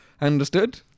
Understood